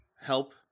help